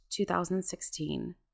2016